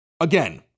Again